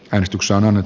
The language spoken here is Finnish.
menestyksen